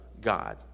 God